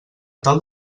tal